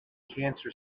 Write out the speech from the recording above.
cancer